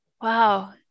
Wow